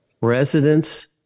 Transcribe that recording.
Residents